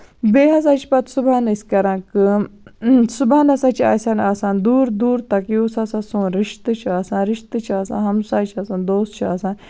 بیٚیہِ ہسا چھِ پَتہٕ صبحَن أسۍ کران کٲم صبحن ہسا چھِ اَسَن آسان دوٗر دوٗر تَک یُس ہسا سون رِشتہٕ چھُ آسان رِشتہٕ چھُ آسان ہِمساے چھِ آسان دوس چھِ آسان